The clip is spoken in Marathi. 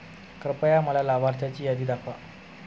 कृपया मला लाभार्थ्यांची यादी दाखवा